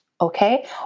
Okay